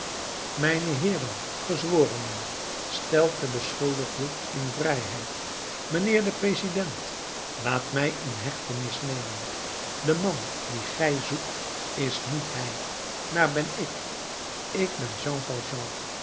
mijne heeren gezworenen stelt den beschuldigde in vrijheid mijnheer de president laat mij in hechtenis nemen de man dien gij zoekt is niet hij maar ben ik ik ben